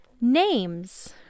names